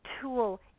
tool